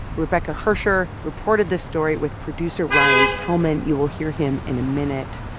rebecca hersher reported this story with producer ryan kellman. you will hear him in a minute.